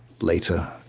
later